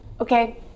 Okay